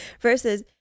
Versus